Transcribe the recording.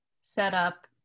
setup